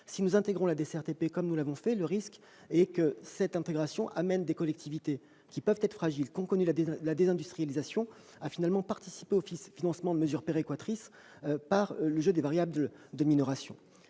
Si nous intégrons la DCRTP comme nous l'avons fait, cette intégration risque d'amener des collectivités, qui peuvent être fragiles et ont connu la désindustrialisation, à participer au financement de mesures péréquatrices par le jeu des variables de minoration.